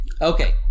Okay